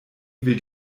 will